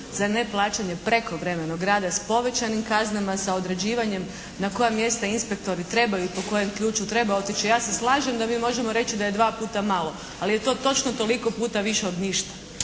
za neplaćanje prekovremenog rada s povećanim kaznama, s određivanjem na koja mjesta inspektori trebaju i po kojem ključu treba otići. Ja se slažem da mi možemo reći da je dva puta malo. Ali je to točno toliko puta više od ništa.